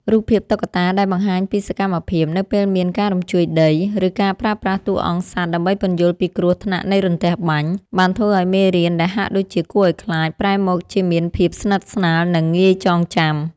រូបភាពតុក្កតាដែលបង្ហាញពីសកម្មភាព នៅពេលមានការរញ្ជួយដី ឬការប្រើប្រាស់តួអង្គសត្វដើម្បីពន្យល់ពីគ្រោះថ្នាក់នៃរន្ទះបាញ់ បានធ្វើឱ្យមេរៀនដែលហាក់ដូចជាគួរឱ្យខ្លាច ប្រែមកជាមានភាពស្និទ្ធស្នាល និងងាយចងចាំ។